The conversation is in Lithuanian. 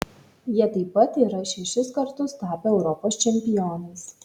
jie taip pat yra šešis kartus tapę europos čempionais